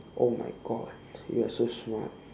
oh my god you are so smart